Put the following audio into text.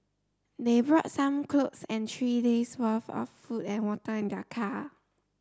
they brought some clothes and three days worth of food and water in their car